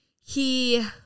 he-